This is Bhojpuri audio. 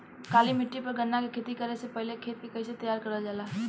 काली मिट्टी पर गन्ना के खेती करे से पहले खेत के कइसे तैयार करल जाला?